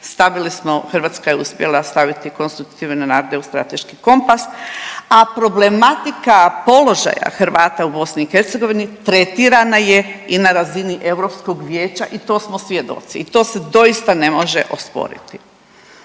Hrvatska je uspjela staviti konstitutivne nade u strateški kompas. A problematika položaja Hrvata u BiH tretirana je i na razini Europskog vijeća i to smo svjedoci i to se doista ne može osporiti.